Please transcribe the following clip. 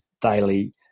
daily